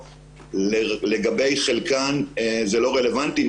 לגבי חלקן זה לא רלוונטי,